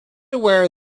aware